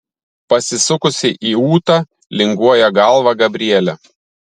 pasisukusi į ūtą linguoja galvą gabrielė